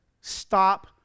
stop